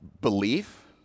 belief